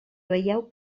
veieu